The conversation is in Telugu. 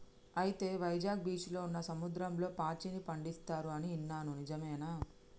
అయితే వైజాగ్ బీచ్లో ఉన్న సముద్రంలో పాచిని పండిస్తారు అని ఇన్నాను నిజమేనా